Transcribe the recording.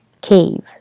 cave